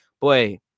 Boy